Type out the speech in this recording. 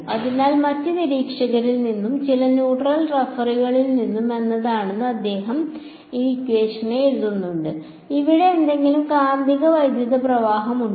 അതിനാൽ മറ്റ് നിരീക്ഷകരിൽ നിന്നും ചില ന്യൂട്രൽ റഫറികളിൽ നിന്നും വന്നതാണെന്ന് അദ്ദേഹം എഴുതും അവിടെ എന്തെങ്കിലും കാന്തിക വൈദ്യുത പ്രവാഹമുണ്ടോ